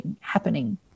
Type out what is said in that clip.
happening